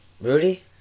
Rudy